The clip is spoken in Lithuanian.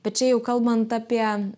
bet čia jau kalbant apie